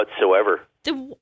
whatsoever